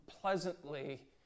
pleasantly